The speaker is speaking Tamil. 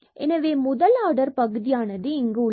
எனவே முதல் ஆடர் பகுதியானது இங்கு உள்ளது